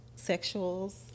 sexuals